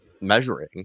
measuring